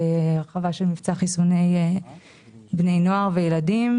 הרחבת של מבצע חיסוני בני נוער וילדים